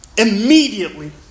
Immediately